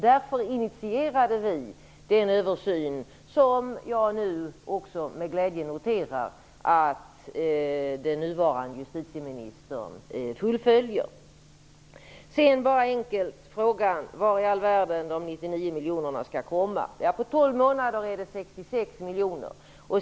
Därför initierade vi den översyn som jag nu med glädje noterar att den nuvarande justitieministern fullföljer. Sedan bara ett enkelt svar på frågan var i all världen de 99 miljonerna skall komma ifrån. På tolv månader är det 66 miljoner.